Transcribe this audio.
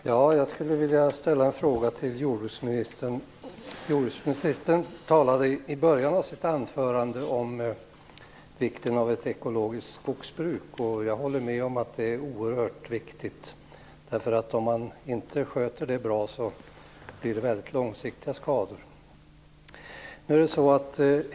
Herr talman! Jag skulle vilja ställa en fråga till jordbruksministern. Hon talade i början av sitt anförande om vikten av ett ekologiskt skogsbruk. Jag håller med om att det är oerhört viktigt. Om man inte sköter det bra blir det mycket långsiktiga skador.